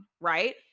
right